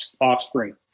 offspring